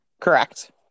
Correct